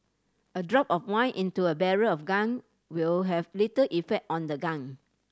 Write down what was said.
a drop of wine into a barrel of gunk will have little effect on the gunk